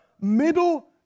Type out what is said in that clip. middle